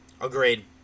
Agreed